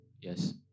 Yes